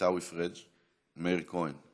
עיסאווי פריג'; מאיר כהן,